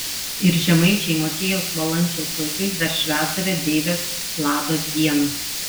ir žemaičiai motiejaus valančiaus laikais dar švęsdavę deivės lados dieną